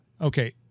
okay